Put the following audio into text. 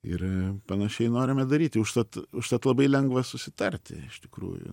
ir panašiai norime daryti užtat užtat labai lengva susitarti iš tikrųjų